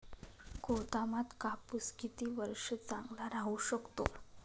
गोदामात कापूस किती वर्ष चांगला राहू शकतो?